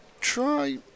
try